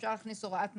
אפשר להכניס הוראת מעבר,